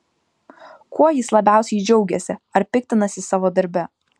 kuo jis labiausiai džiaugiasi ar piktinasi savo darbe